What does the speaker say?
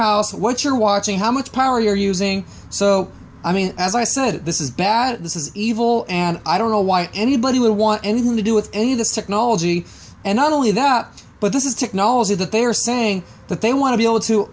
house what you're watching how much power you're using so i mean as i said this is bad this is evil and i don't know why anybody would want anything to do with any of this technology and not only that but this is technology that they are saying that they want to be able to